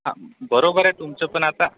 हां बरोबर आहे तुमचं पण आता